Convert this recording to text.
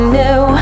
new